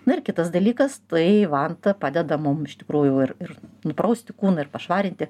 na ir kitas dalykas tai vanta padeda mum iš tikrųjų ir ir nuprausti kūną ir pašvarinti